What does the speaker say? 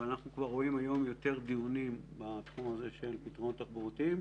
אבל אנחנו כבר רואים היום יותר דיונים בתחום הזה של פתרונות תחבורתיים.